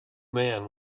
man